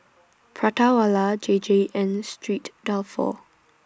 Prata Wala J J and Street Dalfour